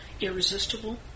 irresistible